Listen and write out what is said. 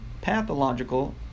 pathological